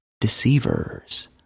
Deceivers